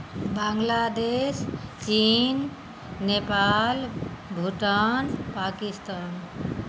बांग्लादेश चीन नेपाल भूटान पाकिस्तान